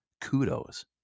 Kudos